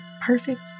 perfect